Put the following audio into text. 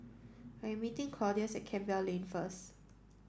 I am meeting Claudius at Campbell Lane first